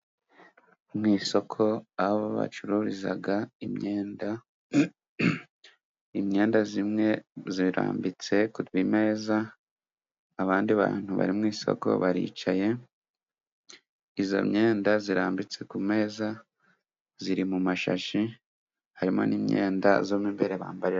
Mu isoko aho bacururiza imyenda. Imyenda imwe irambitse kumeza abandi bantu bari mu isoko baricaye, iyo myenda irambitse ku meza iri mu mashashi, harimo n'imyenda y'imbere bambaye.